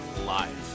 life